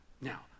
Now